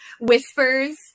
whispers